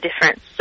difference